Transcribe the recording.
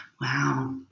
Wow